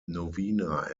novena